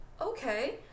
okay